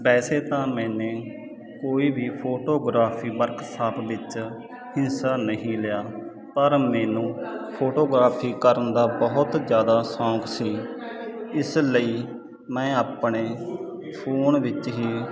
ਵੈਸੇ ਤਾਂ ਮੈਨੇ ਕੋਈ ਵੀ ਫੋਟੋਗਰਾਫੀ ਵਰਕਸ਼ਾਪ ਵਿੱਚ ਹਿੱਸਾ ਨਹੀਂ ਲਿਆ ਪਰ ਮੈਨੂੰ ਫੋਟੋਗਰਾਫੀ ਕਰਨ ਦਾ ਬਹੁਤ ਜ਼ਿਆਦਾ ਸ਼ੌਂਕ ਸੀ ਇਸ ਲਈ ਮੈਂ ਆਪਣੇ ਫੋਨ ਵਿੱਚ ਹੀ